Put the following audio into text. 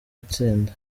utsinda